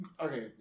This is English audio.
Okay